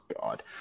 God